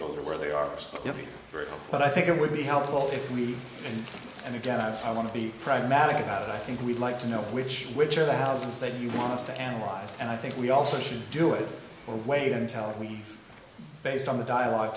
the where they are every variable but i think it would be helpful if we and again i want to be pragmatic about it i think we'd like to know which which are the houses that you want to analyze and i think we also should do it or wait until we based on the dialogue